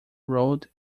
road